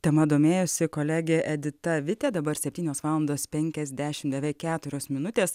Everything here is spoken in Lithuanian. tema domėjosi kolegė edita vitė dabar septynios valandos penkiasdešimt beveik keturios minutės